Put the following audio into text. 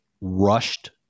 rushed